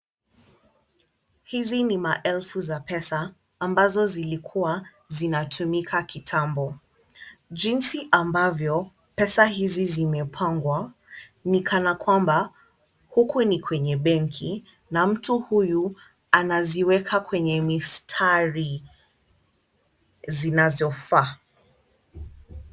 Hizi ni maelfu za pesa ambazo zilikuwa zinatumika kitambo, jinsi ambavyo pesa hizi zimepangwa ni kana kwamba huku ni kwenye benki na mtu huyu anaziweka kwenye mistari zinazofaa.